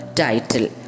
title